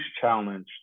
challenge